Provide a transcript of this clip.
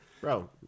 Bro